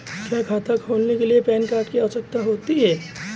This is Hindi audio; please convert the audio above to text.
क्या खाता खोलने के लिए पैन कार्ड की आवश्यकता होती है?